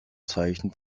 zeichen